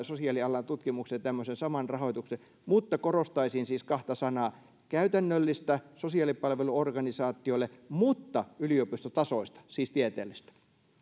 sosiaalialan tutkimukseen tämmöisen saman rahoituksen mutta korostaisin siis kahta sanaa käytännöllistä sosiaalipalveluorganisaatioille mutta yliopistotasoista siis tieteellistä